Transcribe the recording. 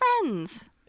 friends